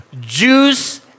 Jews